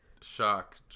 shock